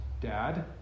Dad